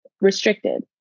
restricted